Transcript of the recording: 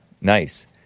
Nice